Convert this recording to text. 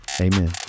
amen